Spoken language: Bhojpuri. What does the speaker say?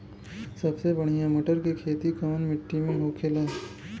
सबसे बढ़ियां मटर की खेती कवन मिट्टी में होखेला?